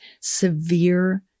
severe